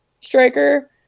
striker